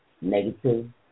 negative